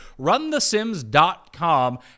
runthesims.com